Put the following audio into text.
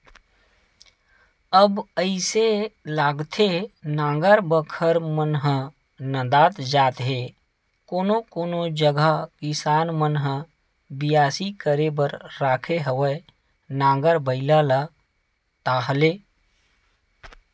अब अइसे लागथे नांगर बखर मन ह नंदात जात हे कोनो कोनो जगा किसान मन ह बियासी करे बर राखे हवय नांगर बइला ला ताहले